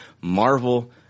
Marvel